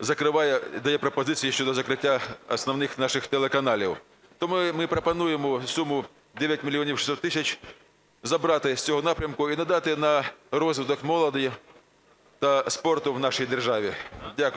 Дякую.